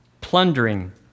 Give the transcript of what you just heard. Plundering